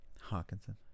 Hawkinson